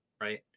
right